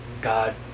God